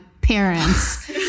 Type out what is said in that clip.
parents